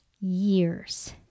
years